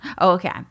Okay